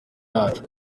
yacu